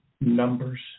numbers